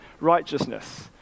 righteousness